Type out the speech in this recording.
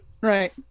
right